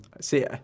see